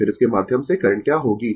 फिर इसके माध्यम से करंट क्या होगी